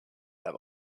have